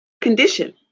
condition